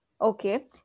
Okay